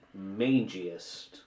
mangiest